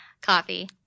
Coffee